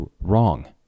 wrong